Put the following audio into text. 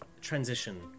transition